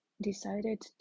decided